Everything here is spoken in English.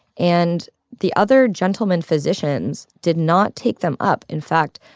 and the other gentleman physicians did not take them up. in fact,